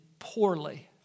poorly